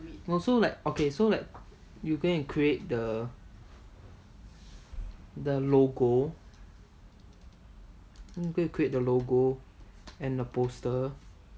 orh so like okay so like you go and create the the logo go and create the logo and the poster